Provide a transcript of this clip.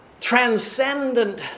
transcendent